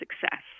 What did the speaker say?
success